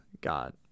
God